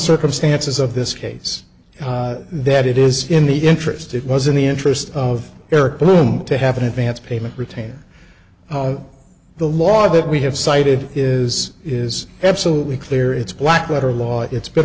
circumstances of this case that it is in the interest it was in the interest of their bloom to have an advance payment retained the law that we have cited is is absolutely clear it's black letter law it's been